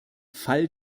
fall